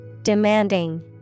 Demanding